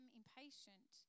impatient